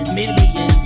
million